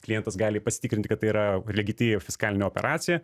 klientas gali pasitikrinti kad tai yra legitimi fiskalinė operacija